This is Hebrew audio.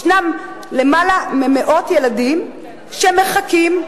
יש מאות ילדים שמחכים,